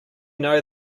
know